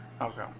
Okay